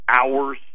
hours